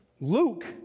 Luke